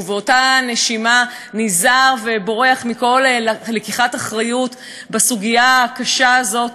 ובאותה נשימה נזהר ובורח מכל לקיחת אחריות בסוגיה הקשה הזאת,